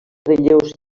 relleus